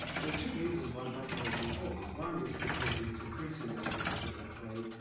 there are two reasons why black holes are important. one is because it's increasingly obvious that they play,